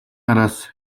араас